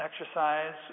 exercise